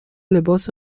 لباس